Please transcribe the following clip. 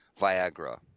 viagra